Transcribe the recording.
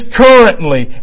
currently